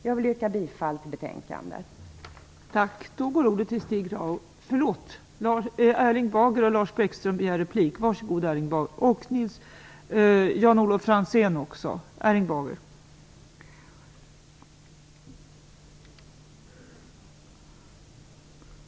Jag vill yrka bifall till utskottets hemställan.